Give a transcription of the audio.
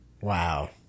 Wow